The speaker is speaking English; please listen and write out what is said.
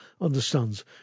understands